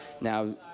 Now